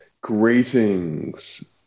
greetings